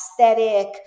aesthetic